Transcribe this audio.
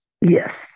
Yes